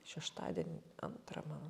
šeštadienį antrą man